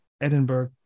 edinburgh